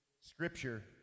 scripture